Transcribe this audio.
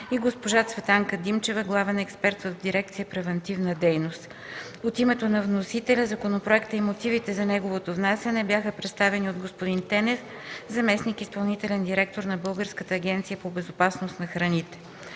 и госпожа Цветанка Димчева, главен експерт в дирекция „Превантивна дейност”. От името на вносителите законопроектът и мотивите за неговото внасяне бяха представени от господин Тенев – заместник-изпълнителен директор на Българската агенция по безопасност на храните.